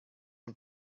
and